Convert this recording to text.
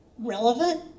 relevant